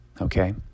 okay